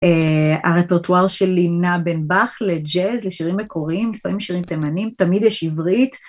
הרפרטואר של לינה בן בח לג'אז, לשירים מקוריים, לפעמים שירים תימנים, תמיד יש עברית.